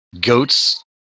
goats